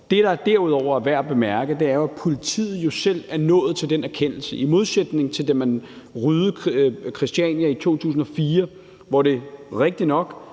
Det, der derudover er værd bemærke, er, at politiet jo selv er nået til en erkendelse. I modsætning til da man ryddede Christiania i 2004, hvor handlen rigtigt nok